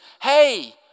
hey